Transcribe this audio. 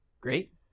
Great